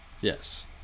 Yes